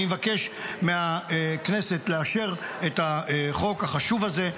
אני מבקש מהכנסת לאשר את החוק החשוב הזה,